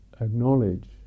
acknowledge